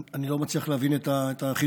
אני לא מצליח להבין את החידוש.